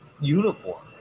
uniform